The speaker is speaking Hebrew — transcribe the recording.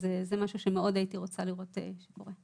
אז זה משהו שמאוד הייתי רוצה לראות שקורה.